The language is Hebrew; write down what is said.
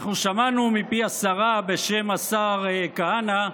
שמענו מפי השרה, בשם השר כהנא,